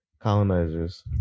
Colonizers